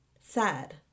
Sad